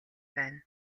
байна